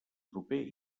proper